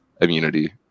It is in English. Immunity